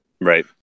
Right